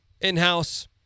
in-house